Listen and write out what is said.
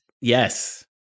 Yes